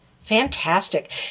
Fantastic